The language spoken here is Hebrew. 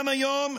גם היום,